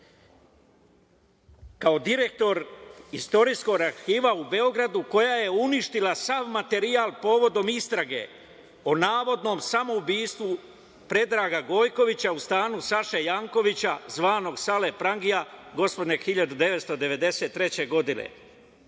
kao direktor Istorijskog arhiva u Beogradu, koja je uništila sav materijal povodom istrage o navodnom samoubistvu Predraga Gojkovića u stanu Saše Jankovića, zvanog Sale prangija, gospodnje 1993. godine.